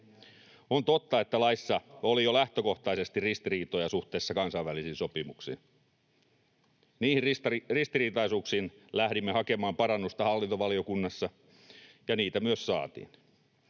On totta, että laissa oli jo lähtökohtaisesti ristiriitoja suhteessa kansainvälisiin sopimuksiin. Niihin ristiriitaisuuksiin lähdimme hakemaan parannusta hallintovaliokunnassa, ja niitä myös saatiin.